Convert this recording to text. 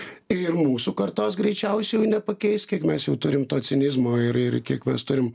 ir mūsų kartos greičiausiai jau nepakeis kiek mes jau turim to cinizmo ir ir kiek mes turim